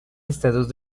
estados